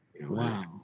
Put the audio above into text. Wow